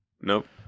nope